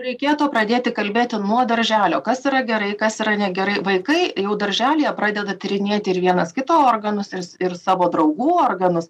reikėtų pradėti kalbėti nuo darželio kas yra gerai kas yra negerai vaikai jau darželyje pradeda tyrinėti ir vienas kito organus ir savo draugų organus